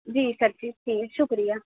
जी sir जी शुक्रिया